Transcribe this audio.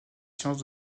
sciences